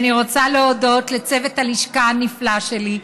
אני רוצה להודות לצוות הלשכה הנפלא שלי.